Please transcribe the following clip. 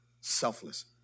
Selfless